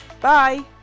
Bye